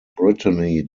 brittany